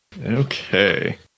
Okay